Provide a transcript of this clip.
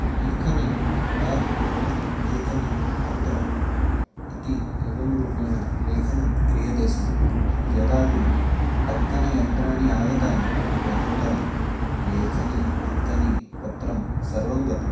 लेखने प्राक्तु लेखनी पत्रम् इति एवं रूपेण लेखनं क्रियते स्म यदा तु टङ्कनयन्त्राणि आगतानि तदुत्तरं लेखनी अङ्कनी पत्रं सर्वं गतम्